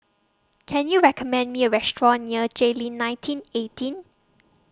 Can YOU recommend Me A Restaurant near Jayleen nineteen eighteen